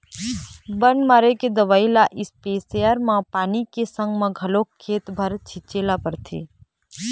बन मारे के दवई ल इस्पेयर म पानी के संग म घोलके खेत भर छिंचे ल परथे